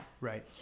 Right